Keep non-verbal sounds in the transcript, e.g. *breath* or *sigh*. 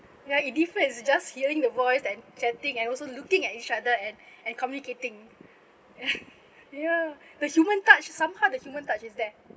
ya it different just hearing the voice and chatting and also looking at each other and *breath* and communicating *laughs* ya the human touch somehow the human touch is there